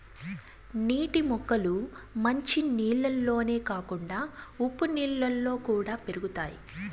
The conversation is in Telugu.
నీటి మొక్కలు మంచి నీళ్ళల్లోనే కాకుండా ఉప్పు నీళ్ళలో కూడా పెరుగుతాయి